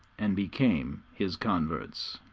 and became his converts.